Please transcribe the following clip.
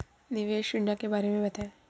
निवेश योजना के बारे में बताएँ?